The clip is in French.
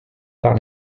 par